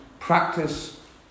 Practice